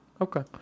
Okay